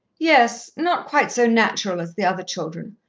yes. not quite so natural as the other children.